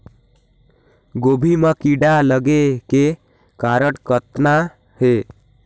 गोभी म कीड़ा लगे के कारण कतना हे?